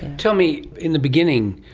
tell me, in the beginning,